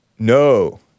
No